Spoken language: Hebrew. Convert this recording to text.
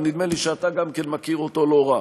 ונדמה לי שאתה גם כן מכיר אותו לא רע.